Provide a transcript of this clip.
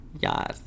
Yes